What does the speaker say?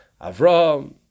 Avram